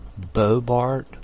Bobart